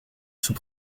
sous